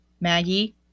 Maggie